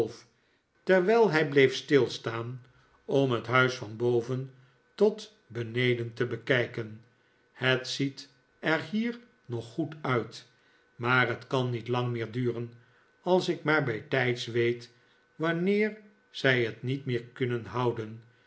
terwijl hij bleef mijnheer mantalini heeft zich vergiftigd stilstaan om het huis van boven tot beneden te bekijken het ziet er hier nog goed uit maar het kan niet lang meer duren als ik maar bijtijds weet wanneer zij het niet meer kunnen houden